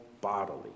bodily